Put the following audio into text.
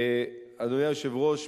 אדוני היושב-ראש,